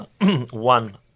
one